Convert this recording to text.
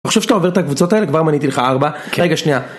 תחשוב שאתה עובר את הקבוצות האלה, כבר מניתי לך ארבע. -כן. -רגע, שנייה.